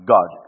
God